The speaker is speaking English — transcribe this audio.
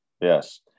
Yes